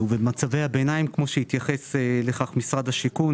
במצבי הביניים, כמו שהתייחס לכך משרד השיכון,